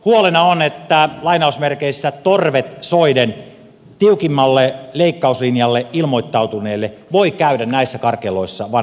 huolena on että torvet soiden tiukimmalle leikkauslinjalle ilmoittautuneelle voi käydä näissä karkeloissa vanhanaikaisesti